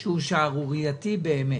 שהוא שערורייתי באמת: